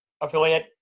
affiliate